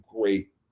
great